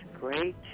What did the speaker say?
great